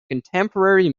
contemporary